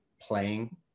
playing